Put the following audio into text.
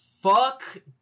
fuck